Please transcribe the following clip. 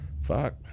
fuck